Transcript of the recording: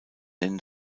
nennen